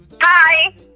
Hi